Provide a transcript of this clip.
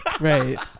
Right